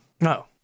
No